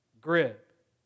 grip